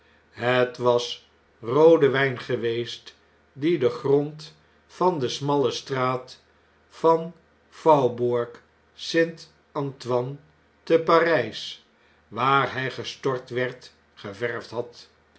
het was roode wjjn geweest die den grond van de smalle straat van den p aubour gst ant o i n e te p a r jj s waar hij gestort werd geverfd had